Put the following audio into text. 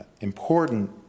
important